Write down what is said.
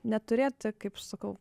neturėti kaip sakau